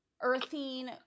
earthing